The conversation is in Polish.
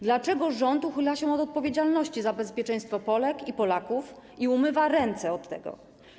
Dlaczego rząd uchyla się o odpowiedzialności za bezpieczeństwo Polek i Polaków i umywa od tego ręce?